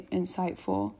insightful